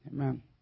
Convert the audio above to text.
Amen